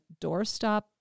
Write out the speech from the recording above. doorstop